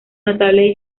notables